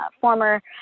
former